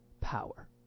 power